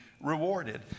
rewarded